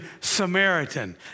Samaritan